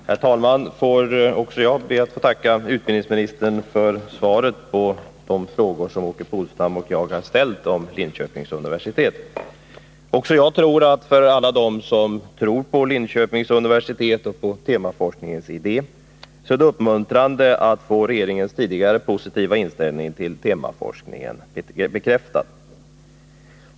Herr talman! Jag ber också att få tacka utbildningsministern för svaret på de frågor som Åke Polstam och jag ställt om Linköpings universitet. Även jag tror att det för alla dem som tror på Linköpings universitet och på temaforskningens idé är uppmuntrande att få regeringens tidigare positiva inställning till temaforskningen bekräftad.